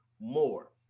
more